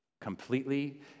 completely